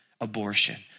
abortion